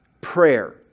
prayer